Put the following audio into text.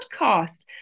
podcast